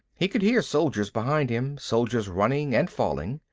he could hear soldiers behind him, soldiers running and falling.